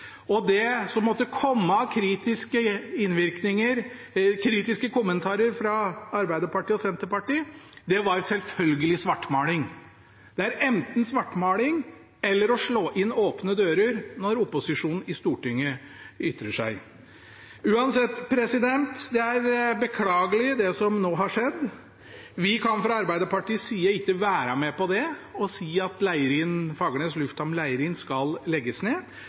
Leirin. Det som måtte komme av kritiske kommentarer fra Arbeiderpartiet og Senterpartiet, var selvfølgelig svartmaling. Det er enten svartmaling eller å slå inn åpne dører når opposisjonen i Stortinget ytrer seg. Uansett, det er beklagelig, det som nå har skjedd. Vi kan fra Arbeiderpartiets side ikke være med på at Fagernes lufthamn Leirin skal legges ned.